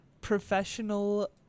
professional